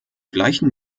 gleichen